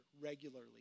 regularly